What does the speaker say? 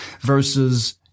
versus